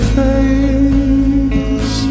face